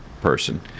person